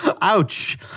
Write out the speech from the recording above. Ouch